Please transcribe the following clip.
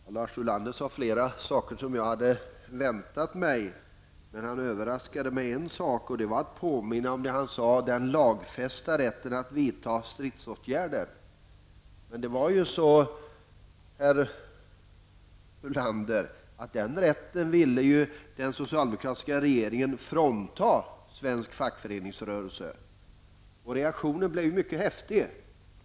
Herr talman! Lars Ulander sade flera saker som jag hade väntat mig. Men han överraskade med en sak, och det var med att påminna om, som han sade, ''den lagfästa rätten att vidta stridsåtgärder''. Men, herr Ulander, den rätten ville ju den socialdemokratiska regeringen frånta svensk fackföreningsrörelse. Reaktionen blev mycket häftig.